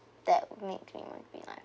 that make me would be like